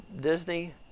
Disney